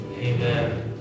amen